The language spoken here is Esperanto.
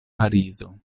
parizo